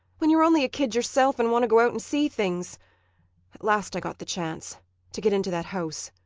when you're only a kid yourself and want to go out and see things. at last i got the chance to get into that house.